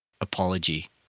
apology